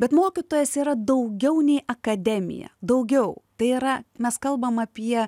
bet mokytojas yra daugiau nei akademija daugiau tai yra mes kalbam apie